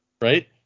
Right